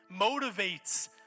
motivates